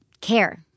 care